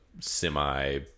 semi